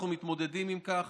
אנחנו מתמודדים עם כך